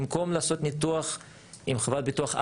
במקום לעשות ניתוח עם חברת ביטוח א',